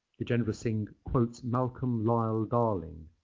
ah gajendra singh quotes malcolm lyall darling,